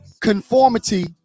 conformity